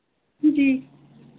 जी